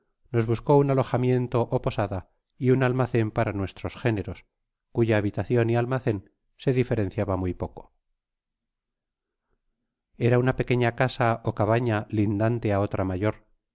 nos buscó un alojas miento ó posada y un almacen para nuestros géneros cuya habitacion y almacen se diferenciaba muy poco era una pequeña oasa ó cabaña lindante á otra mayor